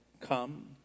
come